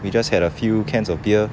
we just had a few cans of beer